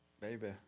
Baby